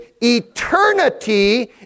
eternity